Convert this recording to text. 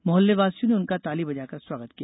मोहल्लेवासियों ने उनका ताली बजाकर स्वागत किया